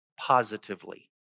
positively